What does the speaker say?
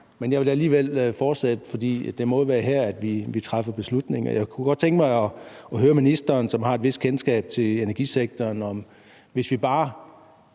Men jeg vil alligevel fortsætte, for det må jo være her, vi træffer beslutninger. Jeg kunne godt tænke mig at høre ministeren, som har et vist kendskab til energisektoren: Hvis vi bare